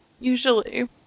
Usually